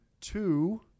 Two